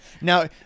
Now